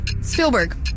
Spielberg